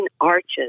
arches